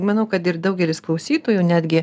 manau kad ir daugelis klausytojų netgi